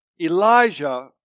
Elijah